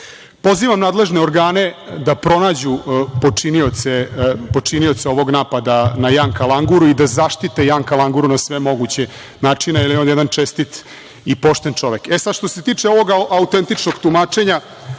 ima. Pozivam nadležne organe da pronađu počinioce ovog napada na Janka Languru i da zaštite Janka Languru na sve moguće načine, jer je on jedan čestit i pošten čovek. Što se tiče ovog autentičnog tumačenja,